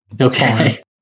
okay